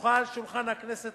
הונחה על שולחן הכנסת